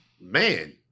man